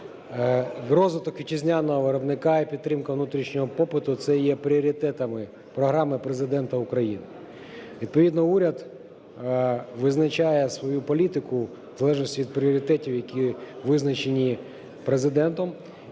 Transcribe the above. розвиток вітчизняного виробника і підтримка внутрішнього попиту – це є пріоритетами програми Президента України. Відповідно уряд визначає свою політику в залежності від пріоритетів, які визначені Президентом,